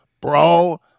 bro